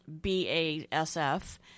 BASF